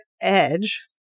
edge